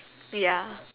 ya